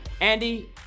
andy